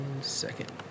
second